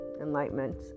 enlightenment